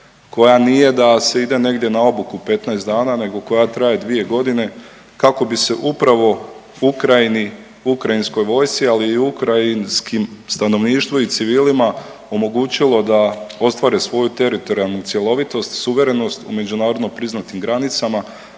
koja nije da se ide negdje na obuku 15 dana nego koja traje 2 godine kako bi se upravo Ukrajini, ukrajinskoj vojci, ali i ukrajinskim stanovništvu i civilima omogućilo da ostvare svoju teritorijalnu cjelovitost, suverenost u međunarodno priznatim granicama